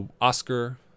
Oscar